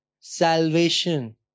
salvation